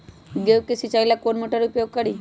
गेंहू के सिंचाई ला कौन मोटर उपयोग करी?